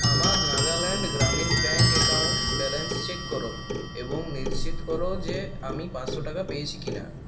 আমার Nagaland Gramin bank account balance check কর এবং নিশ্চিত কর যে আমি পাঁচশো টাকা পেয়েছি কিনা